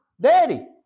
Daddy